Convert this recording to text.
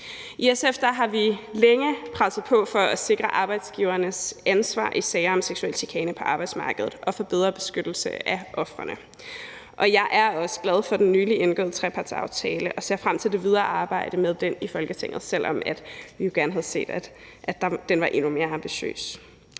I SF har vi længe presset på for at sikre arbejdsgivernes ansvar i sager om seksuel chikane på arbejdsmarkedet og for en bedre beskyttelse af ofrene, og jeg er også glad for den nylig indgåede trepartsaftale og ser frem til det videre arbejde med den i Folketinget, selv om vi jo gerne havde set, at den var endnu mere ambitiøs.